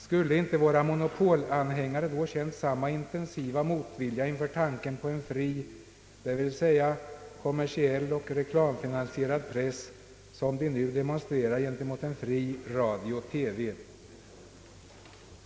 Skulle inte våra monopolanhängare då känt samma intensiva motvilja inför tanken på en fri, det vill säga kommersiell och reklamfinansierad press, som de nu demonstrerar gentemot en fri radio-TV?